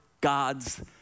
God's